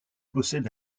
possède